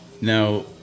now